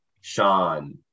Sean